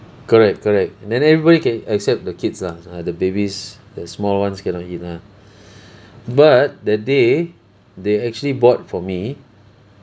correct correct then everybody can except the kids lah ah the babies the small ones cannot eat lah but that day they actually bought for me